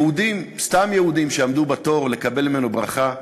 יהודים, סתם יהודים שעמדו בתור לקבל ממנו ברכה,